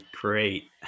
great